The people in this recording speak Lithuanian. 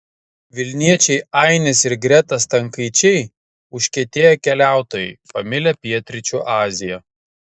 vilniečiai ainis ir greta stankaičiai užkietėję keliautojai pamilę pietryčių aziją